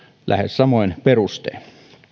lähes samoin perustein